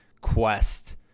quest